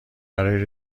برای